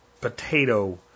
potato